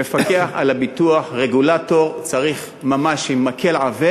המפקח על הביטוח, הרגולטור, צריך ממש עם מקל עבה